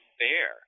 fair